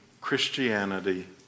Christianity